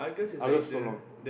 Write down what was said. Argus so long